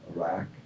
Iraq